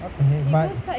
அப்ப நீ:appa nee bye